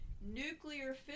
Nuclear